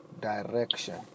direction